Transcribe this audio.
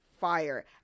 Fire